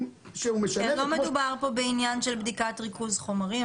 --- לא מדובר פה בעניין של בדיקת ריכוז חומרים,